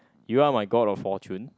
you are my god of fortune